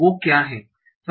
वो क्या है